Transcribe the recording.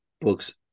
books